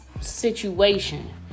situation